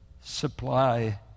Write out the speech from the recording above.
supply